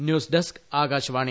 news desk Akashvani